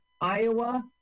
Iowa